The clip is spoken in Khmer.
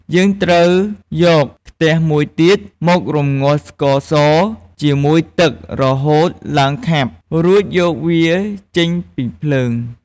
យើងត្រូវយកខ្ទះមួយទៀត មករំងាស់ស្ករសជាមួយទឹករហូតឡើងខាប់ រួចយកវាចេញពីភ្លើង។